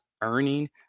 earning